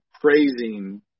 praising